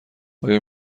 آیا